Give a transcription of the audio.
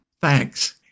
Thanks